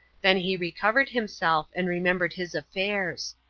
then he recovered himself, and remembered his affairs.